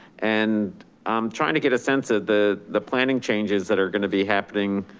and i'm trying to get a sense of the the planning changes that are gonna be happening